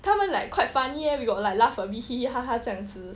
他们 like quite funny leh we got like laugh a bit like 嘻嘻哈哈这样子